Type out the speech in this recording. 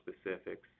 specifics